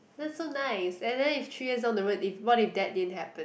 that's so nice and then if three years down the road if what if that didn't happen